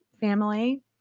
family